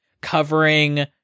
covering